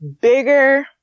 bigger